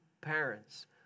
parents